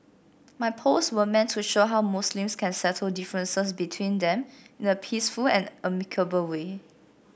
my posts were meant to show how Muslims can settle differences between them in a peaceful and amicable way